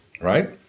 right